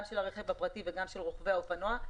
גם של הרכב הפרטי וגם של רוכבי האופנוע.